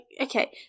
okay